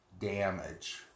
damage